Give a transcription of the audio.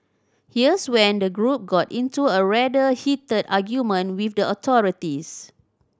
here's when the group got into a rather heated argument with the authorities